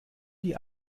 die